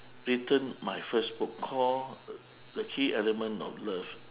written my first book called the key element of love